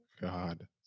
god